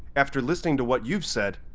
after listening to what you've said,